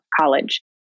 college